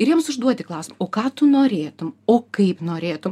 ir jiems užduoti klausimą o ką tu norėtum o kaip norėtum